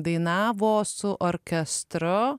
dainavo su orkestru